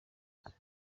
hose